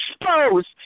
exposed